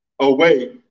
away